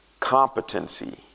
competency